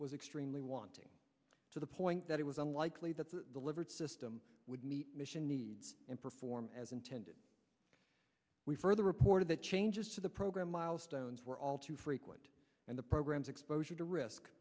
was extremely wanting to the point that it was unlikely that the delivered system would meet mission needs and perform as intended we further reported the changes to the program milestones were all too frequent and the program's exposure to risk